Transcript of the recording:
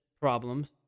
problems